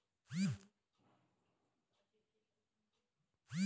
दू महीना पहिली मोरो गाय ह बिमार परे रहिस हे त ढोर डॉक्टर ल बुलाए रेहेंव